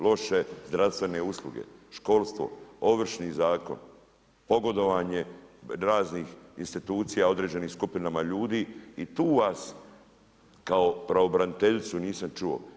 Loše zdravstvene usluge, školstvo, Ovršni zakon, pogodovanje raznih institucija određenim skupinama ljudi i tu vas kao pravobraniteljicu nisam čuo.